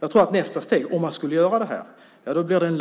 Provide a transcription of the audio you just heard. Jag tror att om man skulle göra detta blir det en